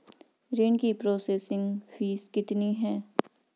ऋण की processing fees कितनी है?